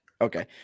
Okay